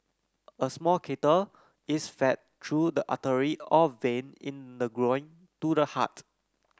a small catheter is fed through the artery or vein in the groin to the heart